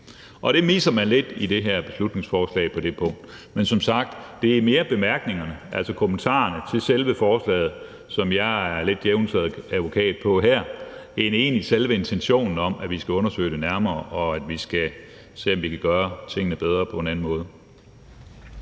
Og det misser man lidt i det her beslutningsforslag på det punkt. Men som sagt: Det er egentlig mere bemærkningerne, altså kommentarerne til selve forslaget, som jeg her lidt er djævelens advokat i forhold til, end selve intentionen om, at vi skal undersøge det nærmere, og at vi skal se, om vi kan gøre tingene bedre på en anden måde.